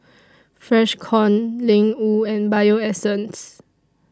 Freshkon Ling Wu and Bio Essence